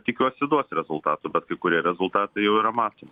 tikiuosi duos rezultatų bet kai kurie rezultatai jau yra motomi